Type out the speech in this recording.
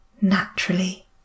naturally